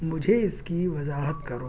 مجھے اس کی وضاحت کرو